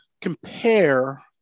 compare